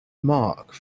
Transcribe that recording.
mark